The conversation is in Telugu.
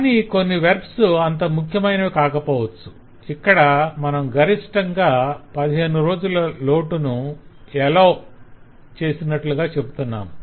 కాని కొన్ని వెర్బ్స్ అంత ముఖ్యమైనవి కాకపోవచ్చు - ఇక్కడ మనం గరిష్ఠంగా 15 రోజుల లోటును 'allow' చేస్తునట్లుగా చెప్పుతున్నాము